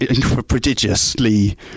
prodigiously